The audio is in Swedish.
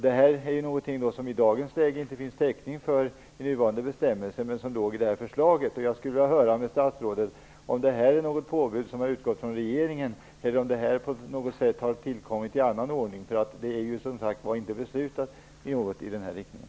Det här är alltså något som det inte finns täckning för i nuvarande bestämmelser. Jag skulle vilja höra med statsrådet om det här är något påbud som har utgått från regeringen eller om det har tillkommit i annan ordning. Det har som sagt inte fattats något beslut i den här riktningen.